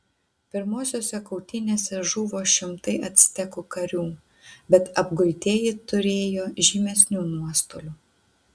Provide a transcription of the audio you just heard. pirmosiose kautynėse žuvo šimtai actekų karių bet apgultieji turėjo žymesnių nuostolių